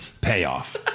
payoff